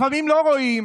לפעמים לא רואים,